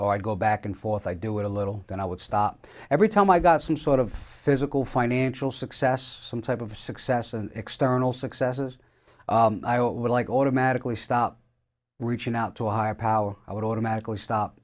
or i'd go back and forth i do it a little then i would stop every time i got some sort of physical financial success some type of success an external successes i all would like automatically stop reaching out to a higher power i would automatically stop